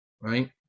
Right